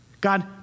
God